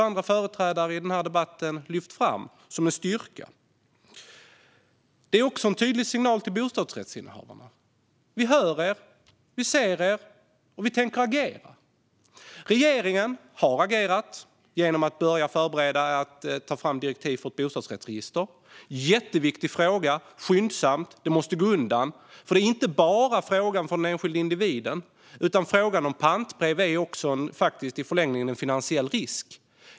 Andra företrädare har i den här debatten lyft fram detta som en styrka. Det är också en tydlig signal till bostadsrättsinnehavarna: Vi hör er, vi ser er och vi tänker agera. Regeringen har agerat genom att börja förbereda för att ta fram direktiv för ett bostadsrättsregister. Det är en jätteviktig fråga, och det måste gå undan. För det är inte bara frågan för den enskilda individen som det här handlar om, utan frågan om pantbrev innebär också i förlängningen en finansiell risk.